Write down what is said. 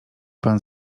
pan